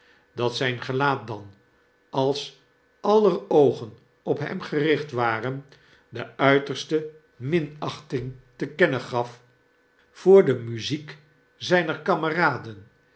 dat zijn gelaat dan als aller oogen op hem gericht waren de uiterste minachting te kennen gaf voor de muziek zijner kameraden